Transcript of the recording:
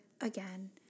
again